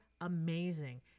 amazing